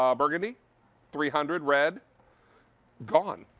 ah burgundy three hundred, red gone.